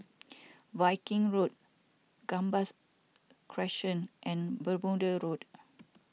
Viking Road Gambas Crescent and Bermuda Road